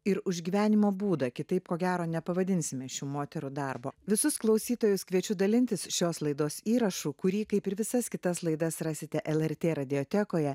ir už gyvenimo būdą kitaip ko gero nepavadinsime šių moterų darbo visus klausytojus kviečiu dalintis šios laidos įrašu kurį kaip ir visas kitas laidas rasite lrt radijo teko ją